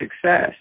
success